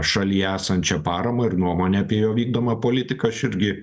šalyje esančią paramą ir nuomonę apie jo vykdomą politiką aš irgi